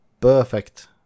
perfect